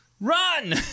run